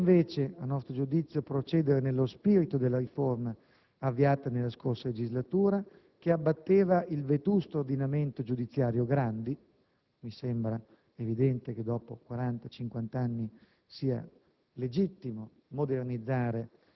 ben palese di abbattere la riforma Castelli. Occorre invece, a nostro giudizio, procedere nello spirito della riforma avviata nella scorsa legislatura, che abbatteva il vetusto ordinamento giudiziario Grandi